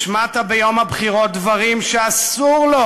השמעת ביום הבחירות דברים שאסור לו